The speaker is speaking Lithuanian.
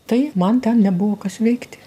tai man ten nebuvo kas veikti